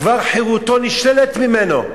כבר חירותו נשללת ממנו.